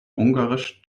ungarisch